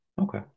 Okay